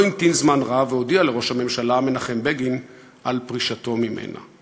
לא המתין זמן רב והודיע לראש הממשלה מנחם בגין על פרישתו מן הממשלה.